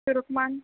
Turkman